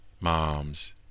moms